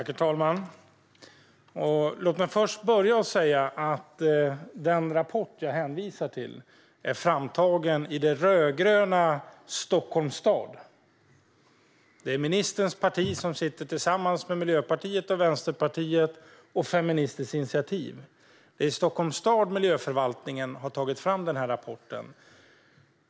Herr talman! Låt mig först säga att den rapport jag hänvisar till är framtagen i det rödgröna Stockholms stad. Det är ministerns parti som sitter där tillsammans med Miljöpartiet, Vänsterpartiet och Feministiskt initiativ, och det är Stockholms stads miljöförvaltning som har tagit fram denna rapport.